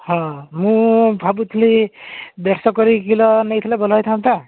ହଁ ମୁଁ ଭାବୁଥିଲି ଦେଢ଼ଶହ କରିକି କିଲୋ ନେଇଥିଲେ ଭଲ ହୋଇଥାନ୍ତା